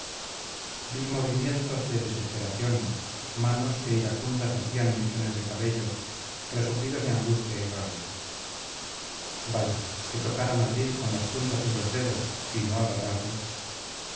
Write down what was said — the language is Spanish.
vi movimientos de desesperación manos que iracundas asían mechones de cabellos resoplidos de angustia y rabia vaya que tocar a madrid con las puntas de los dedos y no agarrarlo